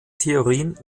theorien